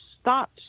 start